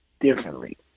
differently